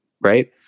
right